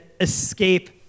escape